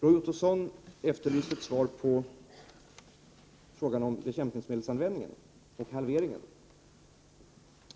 Roy Ottosson efterlyser ett svar på sin fråga om halveringen av användningen av bekämpningsmedel. Ganska nyligen